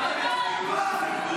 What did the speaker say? צא החוצה, מנוול.